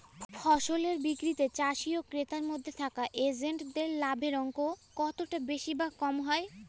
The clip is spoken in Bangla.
ফসলের বিক্রিতে চাষী ও ক্রেতার মধ্যে থাকা এজেন্টদের লাভের অঙ্ক কতটা বেশি বা কম হয়?